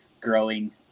growing